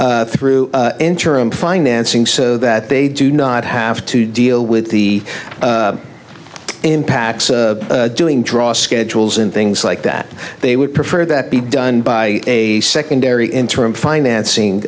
through interim financing so that they do not have to deal with the impacts of doing draw schedules and things like that they would prefer that be done by a secondary in term financing